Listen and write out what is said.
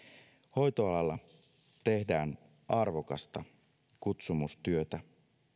hoitoalalla tehdään arvokasta kutsumustyötä